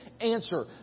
answer